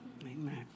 Amen